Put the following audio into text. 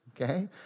okay